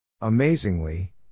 Amazingly